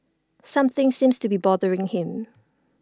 something seems to be bothering him